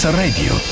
radio